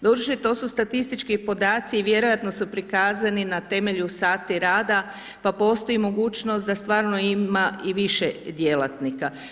Doduše to su statistički podaci i vjerojatno su prikazani na temelju sati rada pa postoji mogućnost da stvarno ima i više djelatnika.